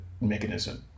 mechanism